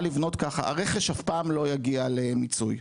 הרכש אף פעם לא יגיע למיצוי.